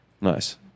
Nice